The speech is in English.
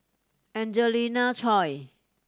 Angelina Choy